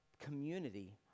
community